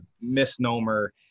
misnomer